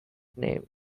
name